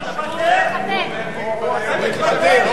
אתה מתפטר?